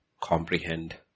comprehend